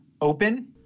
open